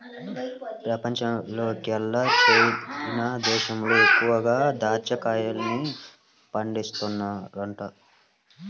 పెపంచంలోకెల్లా చైనా దేశంలో ఎక్కువగా దాచ్చా కాయల్ని పండిత్తన్నారంట